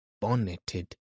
bonneted